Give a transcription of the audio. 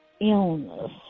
illness